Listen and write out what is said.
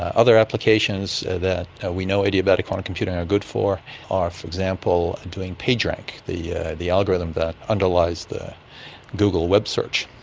other applications that we know adiabatic quantum computing are good for are, for example, doing pagerank, the the algorithm that underlies the google web search.